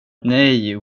nej